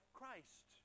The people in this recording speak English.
Christ